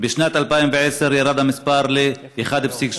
בשנת 2010 ירד המספר ל-1.88,